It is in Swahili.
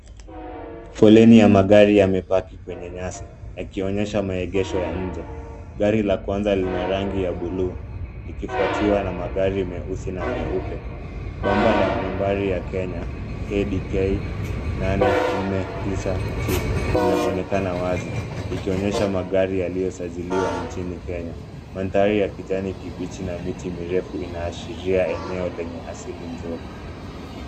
Foleni ya magari yamepaki kwenye nyasi yakionyesha maegesho ya nje. Gari la kwanza lina rangi ya bluu, likifwatiwa na magari meusi na meupe. Bampa ya nambari ya Kenya, KDK 849T, linaonekana wazi, likionyesha magari yaliyosajiliwa nchini Kenya. Maandhari ya kijani kibichi na miti mirefu, inaashiria eneo lenye asili nzuri.